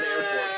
airport